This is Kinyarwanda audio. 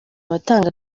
abatanga